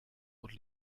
und